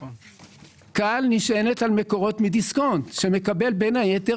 כאל נשענת על מקורות מדיסקונט שמקבל בין היתר